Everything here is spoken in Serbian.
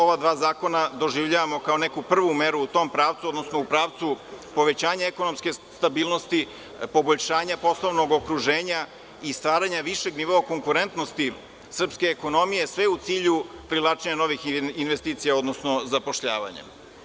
Ova dva zakona doživljavamokao neku prvu meru u tom pravcu, odnosno u pravcu povećanja ekonomske stabilnosti, poboljšanja poslovnog okruženja i stvaranja višeg nivoa konkurentnosti srpske ekonomije, a sve u cilju privlačenja novih investicija, odnosno zapošljavanja.